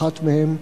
האחת מהן,